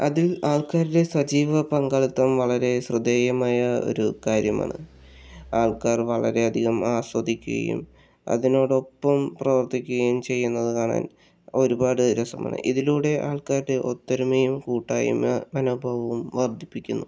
അതിൽ ആൾക്കാരുടെ സജീവ പങ്കാളിത്തം വളരെ ശ്രദ്ധേയമായ ഒരു കാര്യമാണ് ആൾക്കാർ വളരെ അധികം ആസ്വദിക്കുകയും അതിനോടൊപ്പം പ്രവർത്തിക്കുകയും ചെയ്യുന്നത് കാണാൻ ഒരുപാട് രസമാണ് ഇതിലൂടെ ആൾക്കാരുടെ ഒത്തൊരുമയും കൂട്ടായ്മ അങ്ങനെ ഒപ്പവും വർദ്ധിപ്പിക്കുന്നു